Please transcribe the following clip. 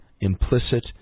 Implicit